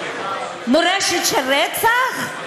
מורשת של רצח?